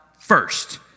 first